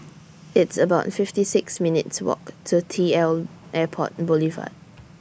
It's about fifty six minutes' Walk to T L Airport Boulevard